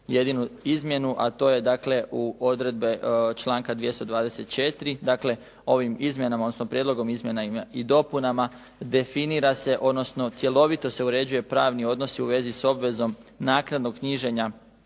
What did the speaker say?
jedinu izmjenu, a to je dakle u odredbe članka 224. Dakle, ovim izmjenama, odnosno prijedlogom izmjena i dopuna definira se, odnosno cjelovito se uređuju pravni odnosi u vezi s obvezom naknadnog knjiženja